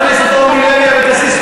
חברת הכנסת אורלי לוי אבקסיס,